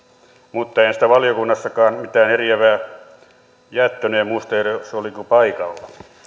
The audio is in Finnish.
mutta en siitä valiokunnassakaan mitään eriävää jättänyt en muista edes olinko paikalla